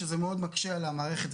שזה מאוד מקשה על המערכת,